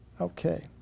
Okay